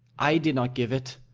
i did not give it,